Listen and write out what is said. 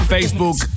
Facebook